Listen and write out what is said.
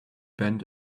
bent